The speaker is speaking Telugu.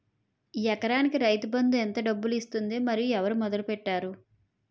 ఎకరానికి రైతు బందు ఎంత డబ్బులు ఇస్తుంది? మరియు ఎవరు మొదల పెట్టారు?